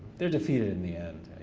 they're defeated in the end.